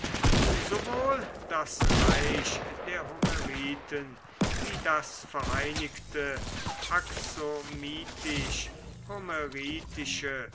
sowohl das reich der homeriten wie das vereinigte